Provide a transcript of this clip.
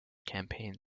campaign